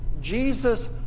Jesus